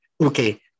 okay